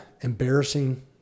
embarrassing